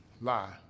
lie